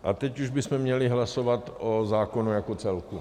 A teď už bychom měli hlasovat o zákonu jako celku.